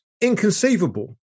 inconceivable